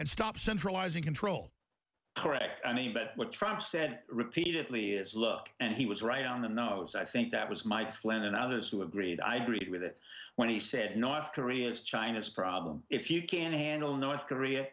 and stop centralizing control correct i mean but what trump said repeatedly is look and he was right on the nose i think that was mike flynn and others who agreed i agreed with it when he said north korea is china's problem if you can't handle north korea